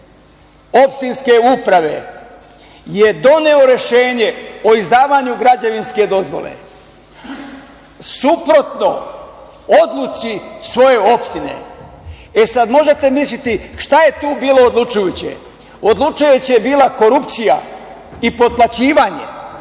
opštinske uprave je doneo rešenje o izdavanju građevinske dozvole suprotno odluci svoje opštine. Sad možete misliti šta je tu bilo odlučujuće. Odlučujuća je bila korupcija i potplaćivanje